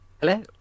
Hello